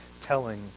telling